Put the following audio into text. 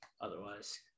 Otherwise